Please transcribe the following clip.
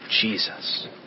Jesus